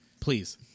Please